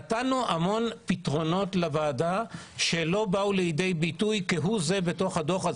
נתנו המון פתרונות לוועדה שלא באו לידי ביטוי כהוא זה בתוך הדוח,